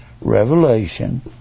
revelation